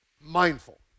mindful